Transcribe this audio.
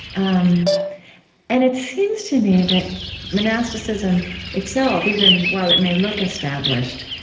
um and it seems to me that monasticism itself, even while it may look established,